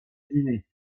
guinée